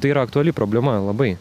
tai yra aktuali problema labai